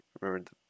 Remember